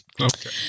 Okay